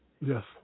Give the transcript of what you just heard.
Yes